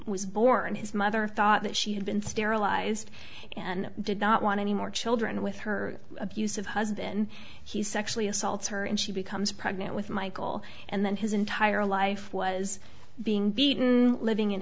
was born his mother thought that she had been sterilized and did not want any more children with her abusive husband he sexually assaults her and she becomes pregnant with michael and then his entire life was being beaten living in